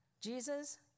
Jesus